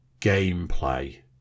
gameplay